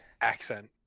accent